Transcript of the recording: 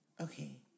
Okay